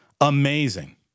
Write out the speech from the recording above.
Amazing